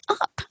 up